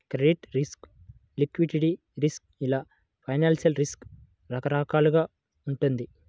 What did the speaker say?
credit risk, liquidity risk ఇలా financial risk రకరకాలుగా వుంటది